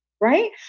right